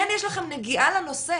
כן יש לכם נגיעה לנושא.